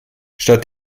statt